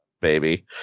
baby